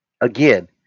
again